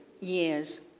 years